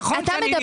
נכון שאני נראה